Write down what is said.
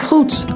Goed